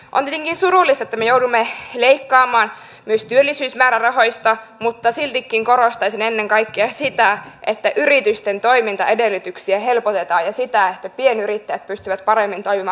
on tietenkin surullista että me joudumme leikkaamaan myös työllisyysmäärärahoista mutta siltikin korostaisin ennen kaikkea sitä että yritysten toimintaedellytyksiä helpotetaan ja sitä että pienyrittäjät pystyvät paremmin toimimaan